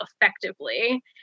effectively